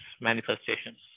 manifestations